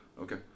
Okay